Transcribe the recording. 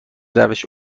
روش